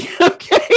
Okay